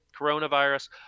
coronavirus